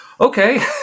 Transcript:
Okay